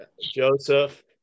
Joseph